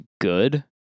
good